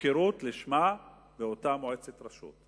הפקרות לשמה באותה מועצת רשות.